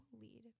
lead